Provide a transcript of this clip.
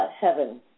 heaven